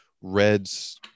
Reds